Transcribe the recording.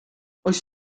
oes